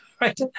right